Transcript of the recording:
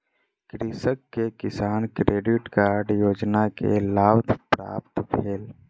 कृषक के किसान क्रेडिट कार्ड योजना के लाभ प्राप्त भेल